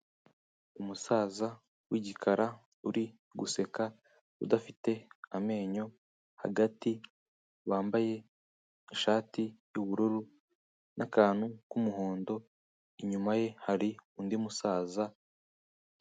Umusaza w'igikara, uri guseka udafite amenyo hagati, wambaye ishati y'ubururu n'akantu k'umuhondo, inyuma ye hari undi musaza.